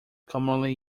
commonly